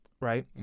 right